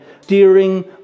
steering